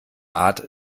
art